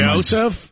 joseph